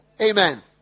Amen